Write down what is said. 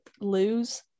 lose